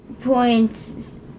points